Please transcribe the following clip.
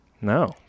no